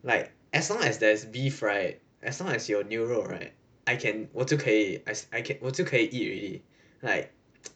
like as long as there's beef right as long as 有牛肉 right I can 我就可以 I can 我就可以 eat already like